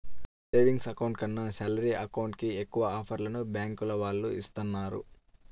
savings account కన్నా salary account కి ఎక్కువ ఆఫర్లను బ్యాంకుల వాళ్ళు ఇస్తున్నారు